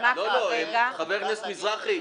משימה כרגע --- יקירתי --- חבר הכנסת מזרחי,